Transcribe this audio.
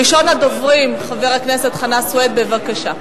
ראשון הדוברים, חבר הכנסת חנא סוייד, בבקשה.